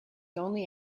only